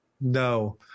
No